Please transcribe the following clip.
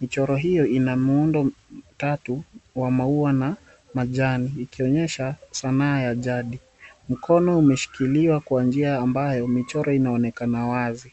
Michoro hiyo ina muundo mitatu wa maua na majani, ikionyesha sanaa ya jadi. Mkono umeshikiliwa kwa njia ambayo michoro inaonekana wazi.